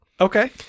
Okay